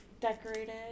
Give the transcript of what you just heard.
decorated